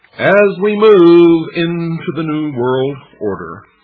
as we move into the new world order,